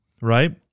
right